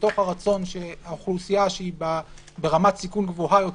מתוך הרצון שהאוכלוסייה שהיא ברמת סיכון גבוהה יותר,